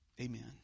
amen